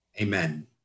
Amen